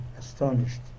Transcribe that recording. astonished